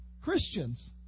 Christians